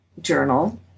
journal